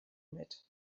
mit